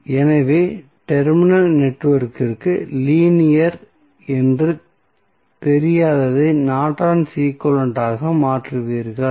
எனவே டெர்மினல் நெட்வொர்க்கிற்கு லீனியர் என்று தெரியாததை நார்டனின் ஈக்வலன்ட் ஆக மாற்றுவீர்கள்